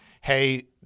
hey